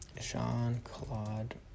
Jean-Claude